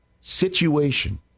situation